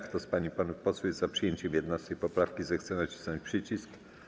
Kto z pań i panów posłów jest za przyjęciem 11. poprawki, zechce nacisnąć przycisk.